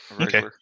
Okay